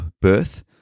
birth